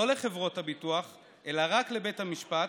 לא לחברות הביטוח אלא רק לבית המשפט.